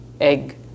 egg